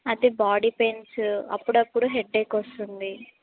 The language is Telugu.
అయితే బాడీ పెయిన్స్ అప్పుడప్పుడు హెడేక్ వస్తుంది